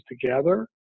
together